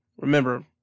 Remember